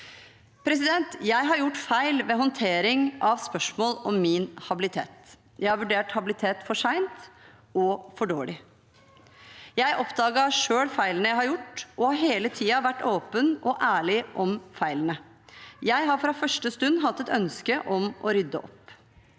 Jeg har gjort feil ved håndtering av spørsmål om min habilitet. Jeg har vurdert habilitet for sent og for dårlig. Jeg oppdaget selv feilene jeg har gjort, og har hele tiden vært åpen og ærlig om feilene. Jeg har fra første stund hatt et ønske om å rydde opp.